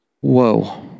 Whoa